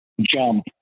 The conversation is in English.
jump